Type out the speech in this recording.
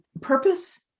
purpose